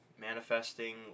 manifesting